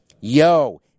Yo